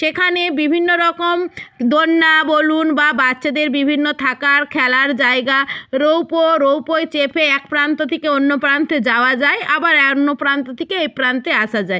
সেখানে বিভিন্ন রকম দোলনা বলুন বা বাচ্চাদের বিভিন্ন থাকার খেলার জায়গা রৌপো রোপ ওয়ে চেপে এক প্রান্ত থেকে অন্য প্রান্তে যাওয়া যায় আবার অ্যা অন্য প্রান্ত থেকে এ প্রান্তে আসা যায়